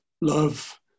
Love